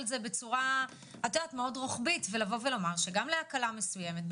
זה בצורה מאוד רוחבית ולומר שגם להקלה מסוימת,